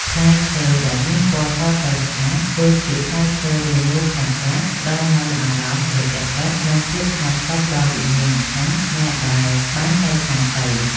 ផ្លែឈើដែលមានពណ៌សស្រស់ស្អាតដូចជាផ្លែឈើរាងមូលខ្លះៗផ្តល់នូវអារម្មណ៍ត្រជាក់ចិត្ត និង ភាពស្ងប់សុខដល់វិញ្ញាណក្ខន្ធអ្នកដែលបានចែកឋានទៅ។